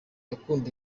akunda